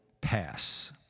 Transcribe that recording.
pass